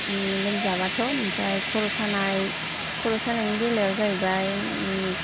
ओम लोमजाबाथ' ओमफ्राय खर' सानाय खर' सानायनि बेलायाव जाहैबाय